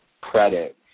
credit